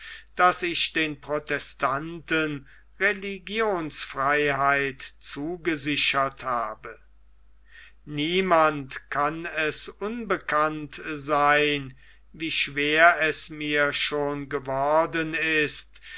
daß ich den protestanten religionsfreiheit zugesichert habe niemand kann es unbekannt sein wie schwer es mir schon geworden ist